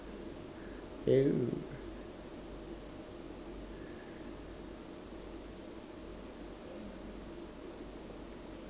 oh